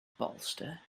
bolster